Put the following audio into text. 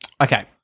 Okay